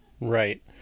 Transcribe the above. Right